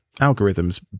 algorithms